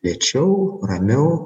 lėčiau ramiau